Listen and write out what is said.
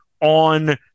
on